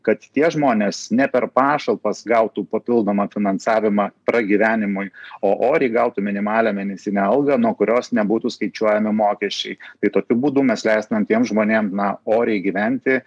kad tie žmonės ne per pašalpas gautų papildomą finansavimą pragyvenimui o oriai gautų minimalią mėnesinę algą nuo kurios nebūtų skaičiuojami mokesčiai tai tokiu būdu mes leistumėm tiem žmonėm na oriai gyventi